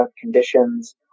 conditions